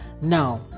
Now